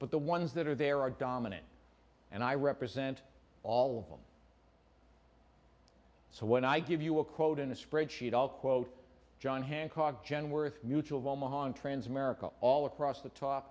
but the ones that are there are dominant and i represent all of them so when i give you a quote in a spreadsheet i'll quote john hancock genworth mutual of omaha trans america all across the top